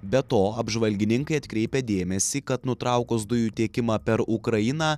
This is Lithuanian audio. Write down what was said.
be to apžvalgininkai atkreipia dėmesį kad nutraukus dujų tiekimą per ukrainą